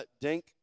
Dink